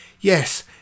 Yes